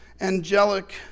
angelic